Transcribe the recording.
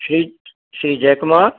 Shri Shri Jay Kumar